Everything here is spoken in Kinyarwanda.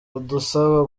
adusaba